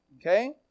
okay